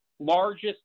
Largest